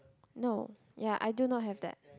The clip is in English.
no ya I do not have that